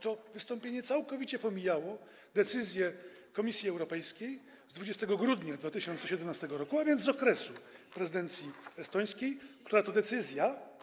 To wystąpienie całkowicie pomijało decyzję Komisji Europejskiej z 20 grudnia 2017 r., a więc z okresu prezydencji estońskiej, która to decyzja.